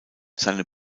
seine